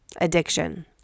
addiction